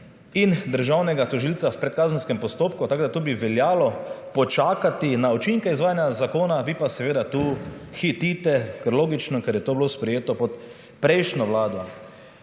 in državnega tožilca v predkazenskem postopku. Tako bi tu veljalo počakati na učinke izvajanja zakona, vi pa seveda tu hitite, logično, ker je bilo to sprejeto pod prejšnjo Vlado.